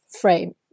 frame